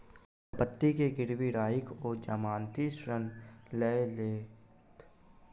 सम्पत्ति के गिरवी राइख ओ जमानती ऋण लय लेलैथ